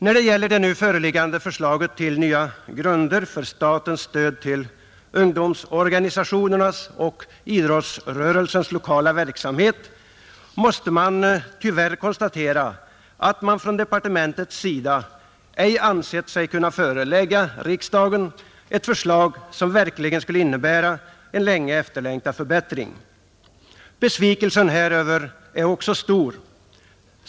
När det gäller nu föreliggande förslag till nya grunder för statens stöd till ungdomsorganisationernas och idrottsrörelsens lokala verksamhet, måste man tyvärr konstatera att departementet ej ansettt sig kunna förelägga riksdagen ett förslag som verkligen skulle innebära en länge efterlängtad förbättring, Besvikelsen häröver är också stor.